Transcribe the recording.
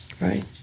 right